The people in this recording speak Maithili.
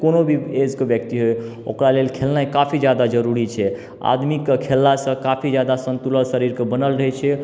कोनो भी एजके व्यक्ति होइ ओकरा लेल खेलनाइ काफी जादा जरूरी छै आदमीके खेललासँ काफी जादा संतुलन शरीरके बनल रहैत छै